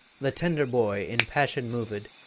the tender boy, in passion mov'd,